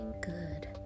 good